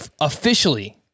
officially